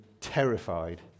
terrified